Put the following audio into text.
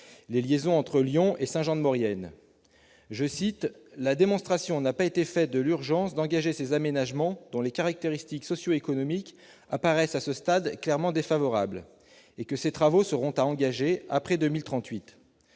les liaisons entre Lyon et Saint-Jean-de-Maurienne :« la démonstration n'a pas été faite de l'urgence d'engager ces aménagements dont les caractéristiques socio-économiques apparaissent à ce stade clairement défavorables » et « ces travaux [...] seront à engager après 2038 ».